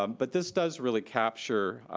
um but this does really capture,